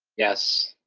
yes.